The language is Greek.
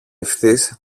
ευθύς